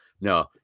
No